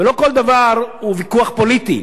ולא כל דבר הוא ויכוח פוליטי,